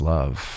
Love